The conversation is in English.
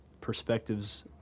perspectives